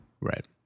Right